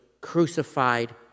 crucified